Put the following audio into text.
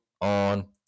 on